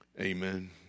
Amen